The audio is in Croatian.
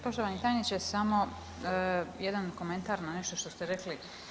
Poštovani tajniče samo jedan komentar na nešto što ste rekli.